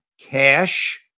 cash